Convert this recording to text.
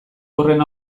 horren